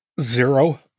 zero